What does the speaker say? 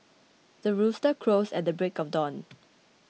the rooster crows at the break of dawn